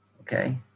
Okay